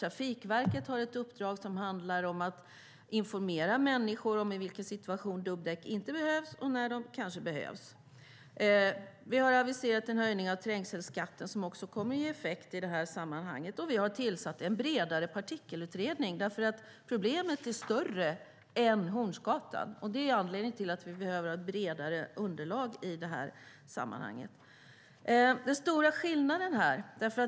Trafikverket har ett uppdrag som handlar om att informera människor om i vilken situation dubbdäck inte behövs och när de kanske behövs. Vi har aviserat en höjning av trängselskatten, vilket också kommer att ge effekt i sammanhanget. Vi har också tillsatt en bredare partikelutredning, för problemet är större än Hornsgatan. Det är anledningen till att vi behöver ett bredare underlag i sammanhanget.